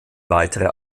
weitere